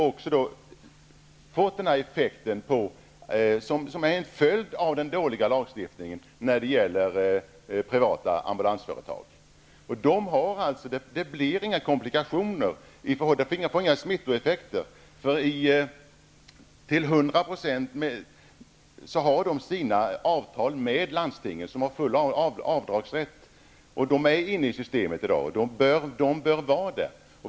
Effekten för privata ambulansföretag är en följd av den dåliga lagstiftningen. Det blir inga komplikationer, och det får inga smittoeffekter, eftersom de till hundra procent har sina avtal med landstinget, som har full avdragsrätt. De är i dag inne i systemet, och de bör vara det.